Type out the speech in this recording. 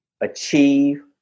achieve